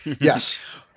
Yes